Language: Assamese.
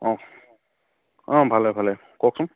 অঁ ভালে ভালে কওকচোন